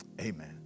Amen